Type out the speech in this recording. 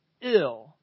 ill